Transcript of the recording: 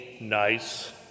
nice